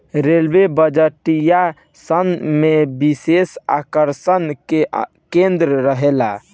railway बजटीय सत्र में विशेष आकर्षण के केंद्र रहेला